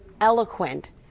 eloquent